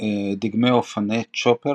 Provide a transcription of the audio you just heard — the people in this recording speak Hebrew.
דגמי אופני צ'ופר